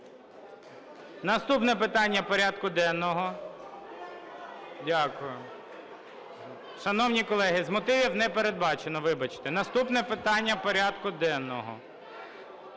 Наступне питання порядку денного.